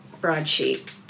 broadsheet